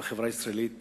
ובחברה הישראלית